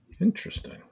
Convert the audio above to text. Interesting